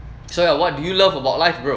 so ya what do you love about life bro